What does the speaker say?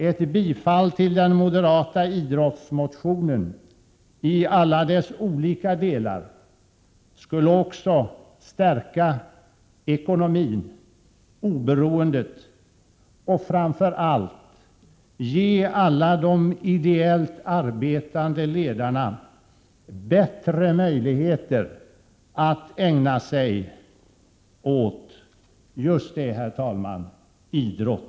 Ett bifall till den moderata idrottsmotionen i alla dess olika delar skulle också innebära stärkt ekonomi och oberoende och framför allt ge alla de ideellt arbetande ledarna bättre möjligheter att ägna sig åt, just det, herr talman, idrott!